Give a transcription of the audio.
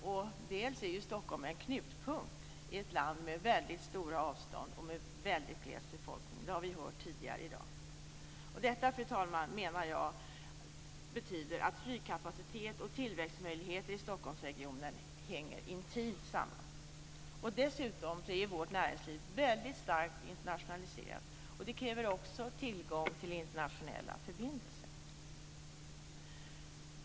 Ett annat är att Stockholm är en knutpunkt i ett land med väldigt stora avstånd och med väldigt gles befolkning. Det har vi hört tidigare i dag. Detta, fru talman, menar jag betyder att flygkapacitet och tillväxtmöjligheter i Stockholmsregionen hänger intimt samman. Dessutom är vårt näringsliv väldigt starkt internationaliserat. Det kräver också tillgång till internationella förbindelser.